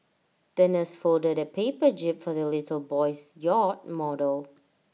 the nurse folded A paper jib for the little boy's yacht model